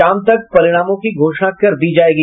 शाम तक परिणामों की घोषणा कर दी जायेगी